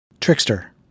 trickster